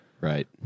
Right